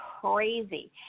crazy